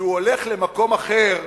שהוא הולך למקום אחר